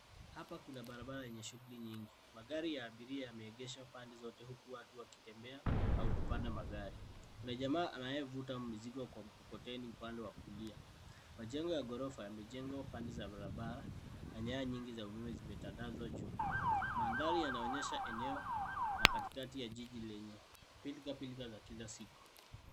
Hapa kuna barabara yenye shughuli nyingi. Magari ya abiria yameegeshwa pande zote huku watu wakitembea au kupanda magari. Kuna jamaa anayevuta mizigo kwa mkokoteni upande wa kulia. Majengo ya ghorofa yamejengwa pande za barabara na nyaya nyingi za umeme zimetandazwa juu. Mandhari yanaonyesha eneo la katikati ya jiji lenye pilkapilka za kila siku.